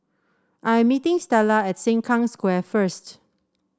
I'm meeting Stella at Sengkang Square first